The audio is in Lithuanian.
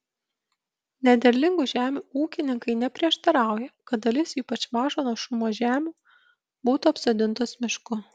nederlingų žemių ūkininkai neprieštarauja kad dalis ypač mažo našumo žemių būtų apsodintos mišku